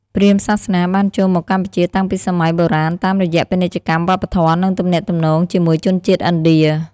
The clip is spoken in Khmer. ព្រាហ្មណ៍សាសនាបានចូលមកកម្ពុជាតាំងពីសម័យបុរាណតាមរយៈពាណិជ្ជកម្ម វប្បធម៌ និងទំនាក់ទំនងជាមួយជនជាតិឥណ្ឌា ។